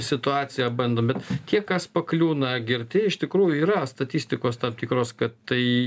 situaciją bandom bet kiek kas pakliūna girti iš tikrųjų yra statistikos tam tikros kad tai